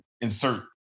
insert